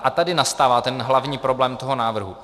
A tady nastává hlavní problém tohoto návrhu.